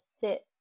sit